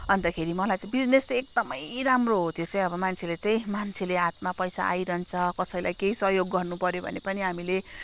अन्तखेरि मलाई चाहिँ बिजिनेस चाहिँ एकदमै राम्रो हो त्यो चाहिँ अब मान्छेले चाहिँ मान्छेले हातमा पैसा आइरहन्छ कसैले केही सहयोग गर्नु पऱ्यो भने पनि हामीले